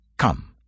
Come